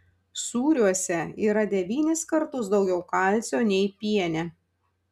sūriuose yra devynis kartus daugiau kalcio nei piene